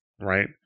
right